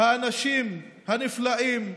האנשים הנפלאים.